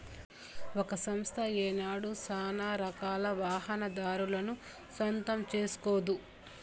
ఒక సంస్థ ఏనాడు సానారకాల వాహనాదారులను సొంతం సేస్కోదు